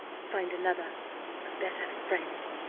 find another a better friend.